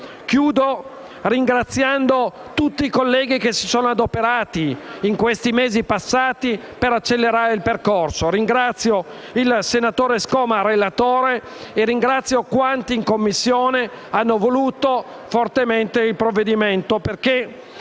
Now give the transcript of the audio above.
Concludo ringraziando tutti i colleghi che si sono adoperati in questi mesi passati per accelerare il percorso. Ringrazio il senatore Scoma, relatore del disegno di legge, e quanti in Commissione hanno voluto fortemente il provvedimento